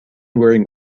wearing